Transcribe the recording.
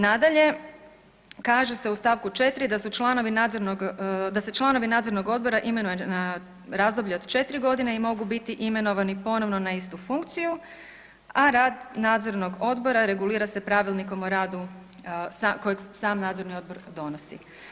Nadalje, kaže se u st. 4. „da se članovi nadzornog odbora imenuju na razdoblje od četiri godine i mogu biti imenovani ponovno na istu funkciju, rad nadzornog odbora regulira se pravilnikom o radu kojeg sam nadzorni odbor donosi“